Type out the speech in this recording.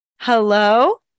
Hello